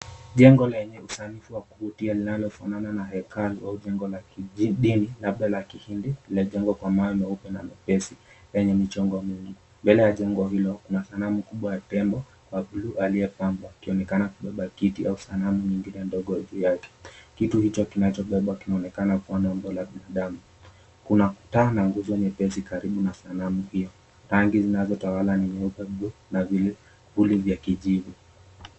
Jengo lenye usanifu wa kuvutia linalofanana na hekalu au jengo la kidini labda la kihindi limejengwa kwa mawe meupe na mepesi yenye michongo mingi. Mbele ya jengo hilo kuna sanamu kubwa ya tembo wa blue aliyepambwa akionekana kubeba kiti au sanamu nyingine ndogo juu yake. Kitu hicho kinachobebwa kinaonekana kuwa na umbo la binadamu. Kuna taa na nguzo nyepesi karibu na sanamu hiyo. Rangi zinazotawala ni nyeupe, blue na vivuli vya kijivu.